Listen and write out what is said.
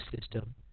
system